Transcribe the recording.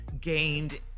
gained